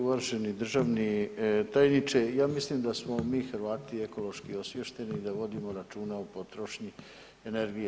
Uvaženi državni tajniče ja mislim da smo mi Hrvati ekološki osviješteni i da vodimo računa o potrošnji energije.